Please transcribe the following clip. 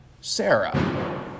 Sarah